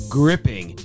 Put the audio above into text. gripping